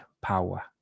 power